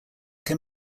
can